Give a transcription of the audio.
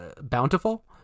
bountiful